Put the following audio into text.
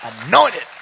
Anointed